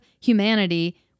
humanity